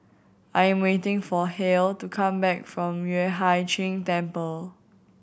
I am waiting for Halle to come back from Yueh Hai Ching Temple